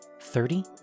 Thirty